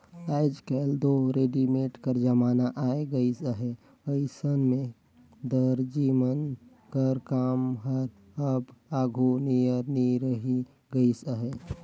आएज काएल दो रेडीमेड कर जमाना आए गइस अहे अइसन में दरजी मन कर काम हर अब आघु नियर नी रहि गइस अहे